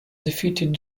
defeated